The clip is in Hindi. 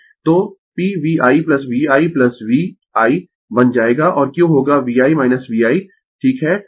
तो P VI VI V ' I' बन जाएगा और Q होगा V ' I VI 'ठीक है